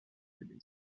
aider